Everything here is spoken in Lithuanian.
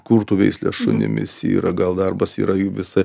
kurtų veislės šunimis yra gal darbas yra jų visa